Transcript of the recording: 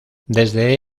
desde